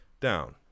down